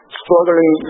struggling